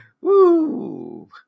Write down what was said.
Woo